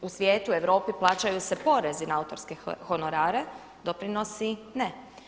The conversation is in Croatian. U svijetu, Europi plaćaju se porezi na autorske honorare, doprinosi ne.